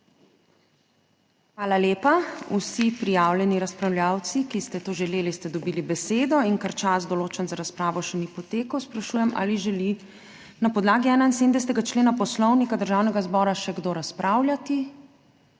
Hvala lepa. Vsi prijavljeni razpravljavci, ki ste to želeli, ste dobili besedo. Ker čas, določen za razpravo, še ni potekel, sprašujem, ali želi na podlagi 71. člena Poslovnika Državnega zbora še kdo razpravljati?